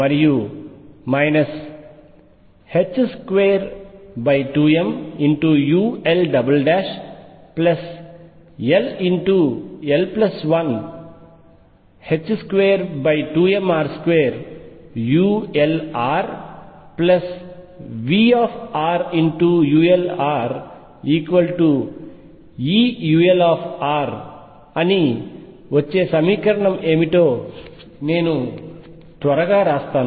మరియు 22mulll122mr2ulrVulrEulrఅని వచ్చే సమీకరణం ఏమిటో నేను త్వరగా వ్రాస్తాను